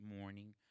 morning